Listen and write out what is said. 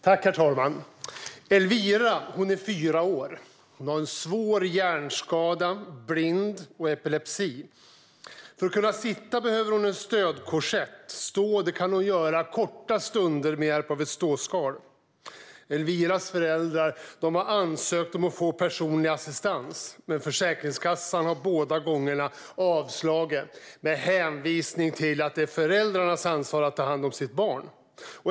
Herr talman! Elvira är fyra år. Hon har en svår hjärnskada, hon är blind och hon har epilepsi. För att kunna sitta behöver hon en stödkorsett. Stå kan hon göra korta stunder med hjälp av ett ståskal. Elviras föräldrar har ansökt om att få personlig assistans, men Försäkringskassan har båda gångerna avslagit detta med hänvisning till att det är föräldrarnas ansvar att ta hand om sitt barn.